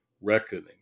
reckoning